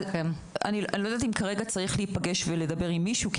אני לא יודעת אם כרגע צריך להיפגש ולדבר עם מישהו כי